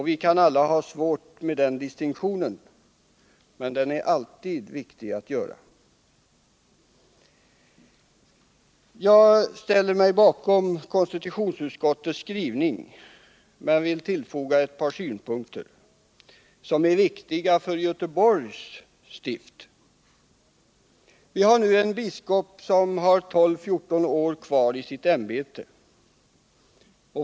Vi kan alla ha svårt med den distinktionen, men den är alltid viktig att göra. Jag ställer mig bakom konstitutionsutskottets skrivning, men vill tillfoga ett par synpunkter som är viktiga för Göteborgs stift. Vi har nu en biskop som har 12-14 år kvar i sitt ämbete.